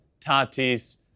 Tatis